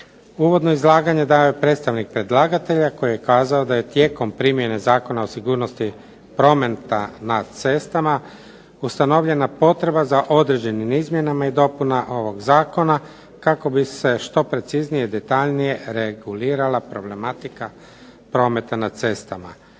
Uvodno izlaganje dao je predstavnik predlagatelja koji je kazao da je tijekom primjene Zakona o sigurnosti prometa na cestama ustanovljena potreba za određenim izmjenama i dopuna ovog zakona kako bi se što preciznije i detaljnije regulirala problematika prometa na cestama.